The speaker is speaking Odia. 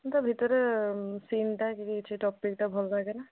ତା'ଭିତରେ ସିନ୍ଟା କିଛି ଟପିକ୍ଟା ଭଲ ଲାଗେନି